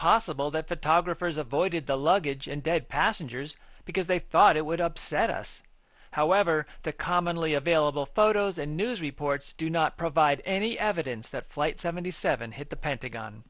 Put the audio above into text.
possible that photographers avoided the luggage and dead passengers because they thought it would upset us however the commonly available photos and news reports do not provide any evidence that flight seventy seven hit the pentagon